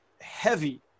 heavy